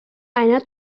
einer